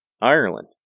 Ireland